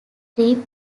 three